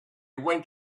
went